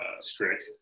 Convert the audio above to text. strict